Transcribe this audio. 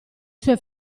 sue